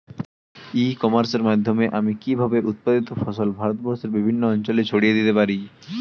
ই কমার্সের মাধ্যমে আমি কিভাবে উৎপাদিত ফসল ভারতবর্ষে বিভিন্ন অঞ্চলে ছড়িয়ে দিতে পারো?